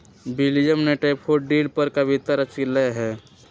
William ने daffodil पर कविता रच लय है